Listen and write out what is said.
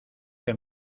que